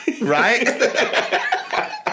Right